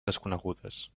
desconegudes